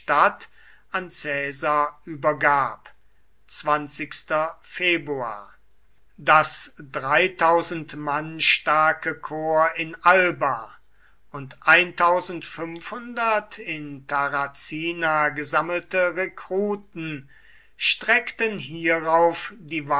an caesar übergab das mann starke korps in alba und in tarracina gesammelte rekruten streckten hierauf